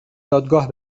دادگاه